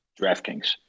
DraftKings